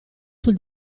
sul